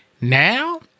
now